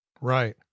Right